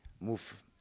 move